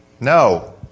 No